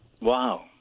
Wow